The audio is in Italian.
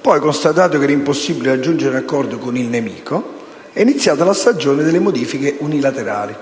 Poi, constatato che era impossibile raggiungere un accordo con il nemico, è iniziata la stagione delle modifiche unilaterali.